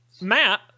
Matt